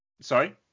Sorry